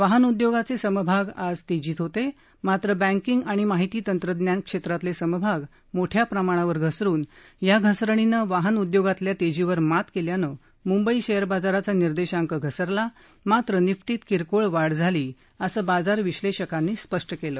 वाहनउद्योगाचे समभाग आज तेजीत होते मात्र बँकींग आणि महिती तंत्रज्ञान क्षेत्रातले समभाग मोठया प्रमाणावर घसरून या घसरणीनं वाहन उद्योगातल्या तेजीवर मात केल्यानं मुंबई शेअर बाजाराचा निर्देशांक घसरला मात्र निफ्टीत किरकोळ वाढ झाली असं बाजार विश्लेषकांनी स्पष्ट केलं